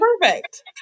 perfect